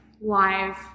live